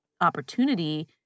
opportunity